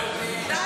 לש"ס?